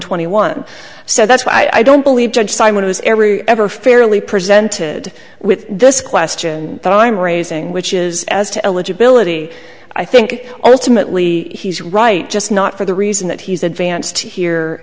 twenty one so that's why i don't believe judge simon has every ever fairly presented with this question that i'm raising which is as to eligibility i think ultimately he's right just not for the reason that he's advanced here